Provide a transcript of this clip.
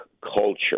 culture